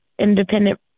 independent